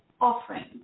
offering